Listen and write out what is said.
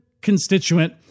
constituent